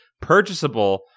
purchasable